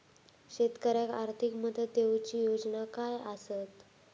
शेतकऱ्याक आर्थिक मदत देऊची योजना काय आसत?